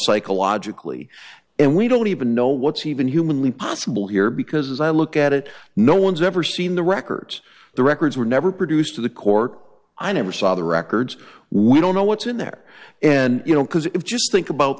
psychologically and we don't even know what's even humanly possible here because as i look at it no one's ever seen the records the records were never produced to the court i never saw the records we don't know what's in there and you know because it just think about